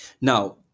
now